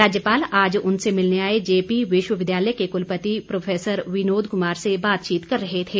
राज्यपाल आज उनसे मिलने आए जेपी विश्वविद्यालय के कुलपति प्रोफेसर विनोद कुमार से बातचीत कर रहे थे